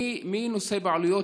מי נושא שם בעלויות